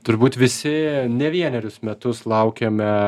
turbūt visi ne vienerius metus laukėme